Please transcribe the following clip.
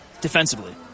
defensively